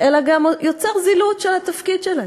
אלא גם יוצרת זילות של התפקיד שלהם.